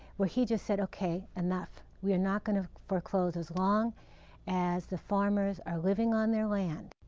where he just said okay, enough, we're not going to foreclose. as long as the farmers are living on their land,